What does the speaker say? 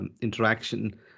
interaction